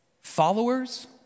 Followers